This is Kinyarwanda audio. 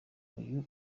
iyo